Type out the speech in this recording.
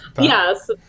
Yes